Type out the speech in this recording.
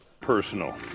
Personal